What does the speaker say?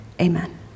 Amen